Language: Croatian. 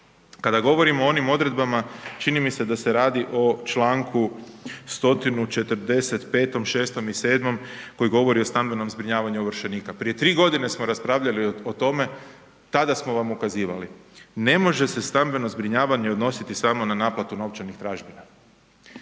Kada govorimo o onim odredbama čini mi se da se radi o članku 145., 146. i 147. koji govori o stambenom zbrinjavanju ovršenika. Prije tri godine smo raspravljali o tome, tada smo vam ukazivali. Ne može se stambeno zbrinjavanje odnosi samo na naplatu novčanih tražbina.